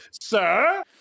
sir